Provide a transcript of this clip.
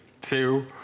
two